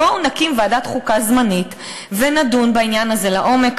בואו נקים ועדת חוקה זמנית ונדון בעניין הזה לעומק.